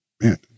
man